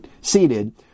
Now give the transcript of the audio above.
seated